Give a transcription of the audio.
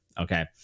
okay